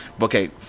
okay